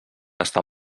estar